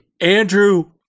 Andrew